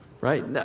Right